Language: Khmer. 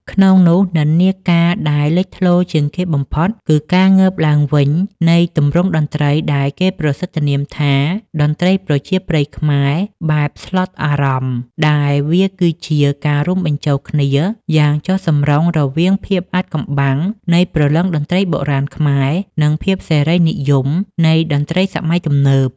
ក្នុងនោះ និន្នាការដែលលេចធ្លោជាងគេបំផុតគឺការងើបឡើងវិញនៃទម្រង់តន្ត្រីដែលគេប្រសិទ្ធនាមថា តន្ត្រីប្រជាប្រិយខ្មែរបែបស្លុតអារម្មណ៍ ដែលវាគឺជាការរួមបញ្ចូលគ្នាយ៉ាងចុះសម្រុងរវាងភាពអាថ៌កំបាំងនៃព្រលឹងតន្ត្រីបុរាណខ្មែរ និងភាពសេរីនិយមនៃតន្ត្រីសម័យទំនើប។